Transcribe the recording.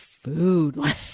Food